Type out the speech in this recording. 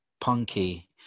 punky